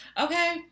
Okay